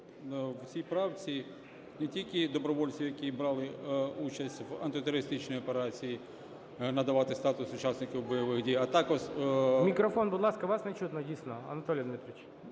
мікрофон, будь ласка, вас не чутно, дійсно, Анатолій Дмитрович.